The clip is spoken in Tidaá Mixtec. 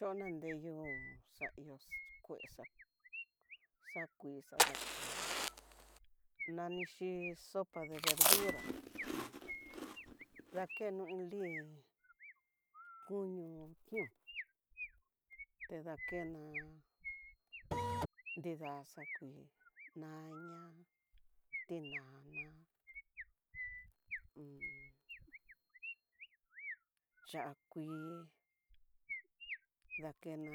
Yona nreyu xa ihox kuexa, xakui xadakeno nanixhi sopa de verdura, un dakeno iin lí kuño tión, tedakena nida xakui, naya, tinana, ya'á kui, dakena